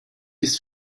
ist